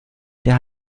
der